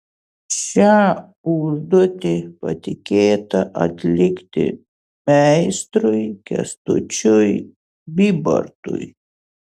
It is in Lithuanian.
šią užduotį patikėta atlikti meistrui kęstučiui bybartui